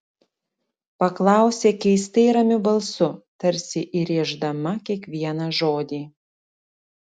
paklausė keistai ramiu balsu tarsi įrėždama kiekvieną žodį